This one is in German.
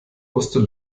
wusste